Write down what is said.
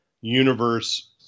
universe